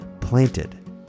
planted